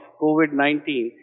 COVID-19